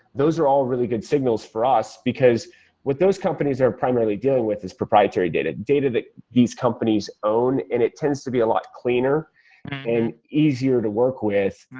those are all really good signals for us, because with those companies, they are primarily dealing with is proprietary data. data that these companies own and it tends to be a lot cleaner and easier to work with.